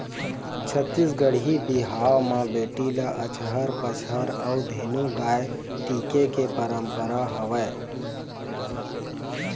छत्तीसगढ़ी बिहाव म बेटी ल अचहर पचहर अउ धेनु गाय टिके के पंरपरा हवय